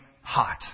hot